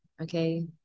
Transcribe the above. okay